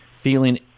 feeling